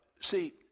see